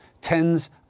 tens